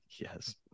yes